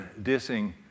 dissing